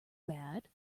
bad